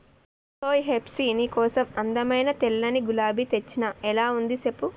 ఓయ్ హెప్సీ నీ కోసం అందమైన తెల్లని గులాబీ తెచ్చిన ఎలా ఉంది సెప్పు